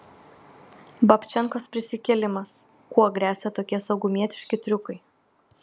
babčenkos prisikėlimas kuo gresia tokie saugumietiški triukai